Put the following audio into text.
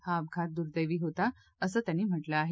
हा अपघात दुर्दैवी होता असं त्यांनी म्हटलं आहे